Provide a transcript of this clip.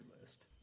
list